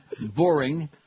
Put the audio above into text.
boring